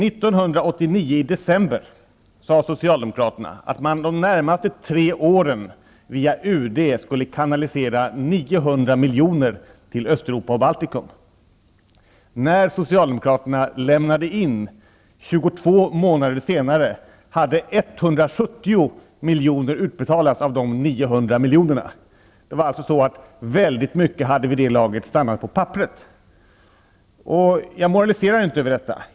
I december 1989 sade socialdemokraterna att man under de närmaste tre åren via UD skulle kanalisera 900 miljoner till Östeuropa och miljonerna utbetalats. Väldigt mycket hade alltså vid det laget stannat på papperet. Jag moraliserar inte över detta.